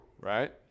right